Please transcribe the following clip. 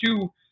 two